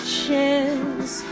chance